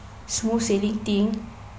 smooth sailing thing